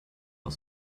aus